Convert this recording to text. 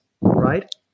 right